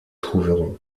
trouveront